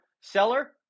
seller